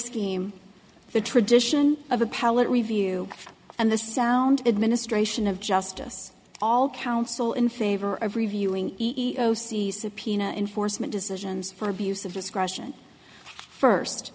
scheme the tradition of appellate review and the sound administration of justice all counsel in favor of reviewing e e o c subpoena enforcement decisions for abuse of discretion first